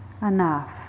Enough